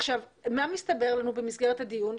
עכשיו מה מסתבר לנו במסגרת הדיון?